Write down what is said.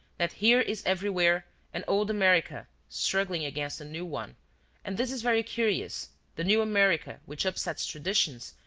that here is everywhere an old america struggling against a new one and, this is very curious, the new america, which upsets traditions,